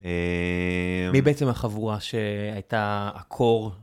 מי בעצם החבורה שהייתה הקור?